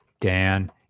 Dan